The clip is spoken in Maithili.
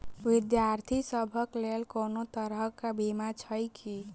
विद्यार्थी सभक लेल कोनो तरह कऽ बीमा छई की?